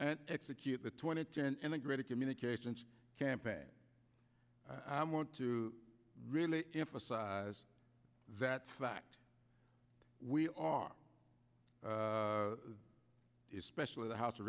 and execute the twenty two and the great a communications campaign i want to really emphasize that fact we are especially the house of